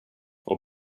och